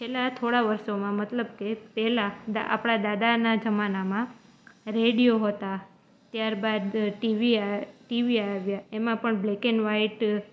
છેલ્લા થોડા વર્ષોમાં મતલબ કે પહેલાં દા આપણા દાદાના જમાનામાં રેડિઓ હોતા ત્યાર બાદ ટીવી આ ટીવી આવ્યા એમાં પણ બ્લેક એન્ડ વાઇટ